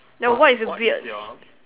the what is weird